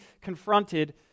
confronted